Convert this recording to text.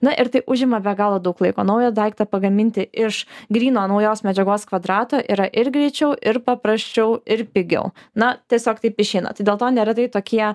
na ir tai užima be galo daug laiko naują daiktą pagaminti iš gryno naujos medžiagos kvadrato yra ir greičiau ir paprasčiau ir pigiau na tiesiog taip išeina tai dėl to neretai tokie